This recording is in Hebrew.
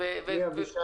בבקשה.